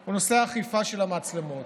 הוא נושא האכיפה של המצלמות.